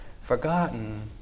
forgotten